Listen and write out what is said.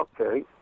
Okay